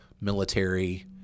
military